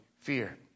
fear